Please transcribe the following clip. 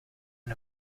and